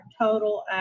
total